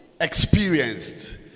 experienced